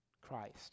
Christ